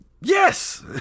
yes